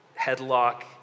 headlock